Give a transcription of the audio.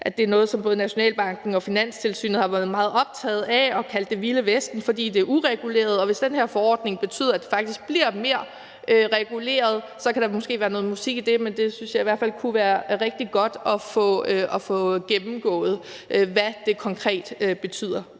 at det er noget, som både Nationalbanken og Finanstilsynet har været meget optaget af og har kaldt det vilde vesten, fordi det er ureguleret. Hvis den her forordning betyder, at det faktisk bliver mere reguleret, så kan der måske være noget musik i det, men jeg synes i hvert fald, det kunne være rigtig godt at få gennemgået, hvad det her konkret betyder.